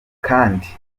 kandi